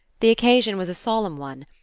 the occasion was a solemn one,